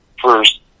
first